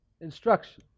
instruction